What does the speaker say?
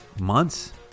months